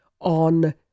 on